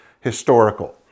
historical